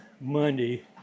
Monday